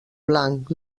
blanc